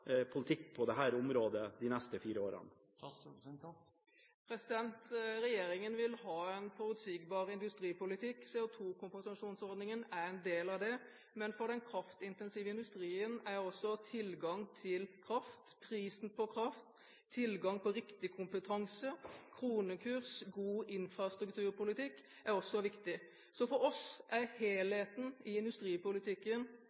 politikk på dette området de neste fire årene? Regjeringen vil ha en forutsigbar industripolitikk. CO2-kompensasjonsordningen er en del av dette. Men for den kraftintensive industrien er tilgang til kraft, prisen på kraft, tilgang på riktig kompetanse, kronekurs og god infrastrukturpolitikk også viktig. For oss er